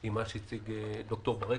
עם מה שהציג ד"ר ברקת,